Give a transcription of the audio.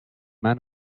man